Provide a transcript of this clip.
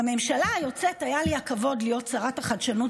בממשלה היוצאת היה לי הכבוד להיות שרת החדשנות